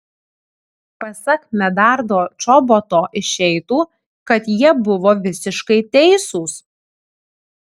pasak medardo čoboto išeitų kad jie buvo visiškai teisūs